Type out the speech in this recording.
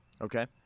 Okay